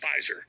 Pfizer